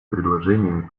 предложениями